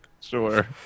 Sure